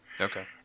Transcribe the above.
okay